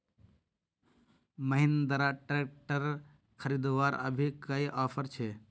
Mahindra tractor खरीदवार अभी कोई ऑफर छे?